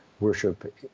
Worship